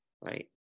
right